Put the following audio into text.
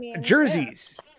jerseys